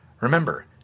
Remember